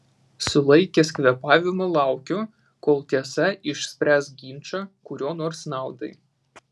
sulaikęs kvėpavimą laukiu kol tiesa išspręs ginčą kurio nors naudai